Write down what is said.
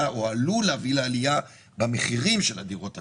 או עלול להביא לעלייה במחירים של הדירות הקטנות.